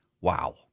Wow